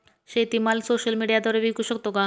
शेतीमाल सोशल मीडियाद्वारे विकू शकतो का?